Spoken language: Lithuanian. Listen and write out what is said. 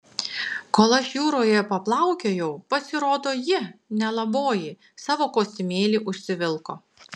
kol aš jūroje paplaukiojau pasirodo ji nelaboji savo kostiumėlį užsivilko